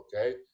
Okay